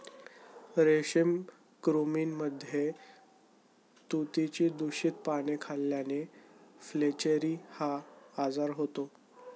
रेशमी कृमींमध्ये तुतीची दूषित पाने खाल्ल्याने फ्लेचेरी हा आजार होतो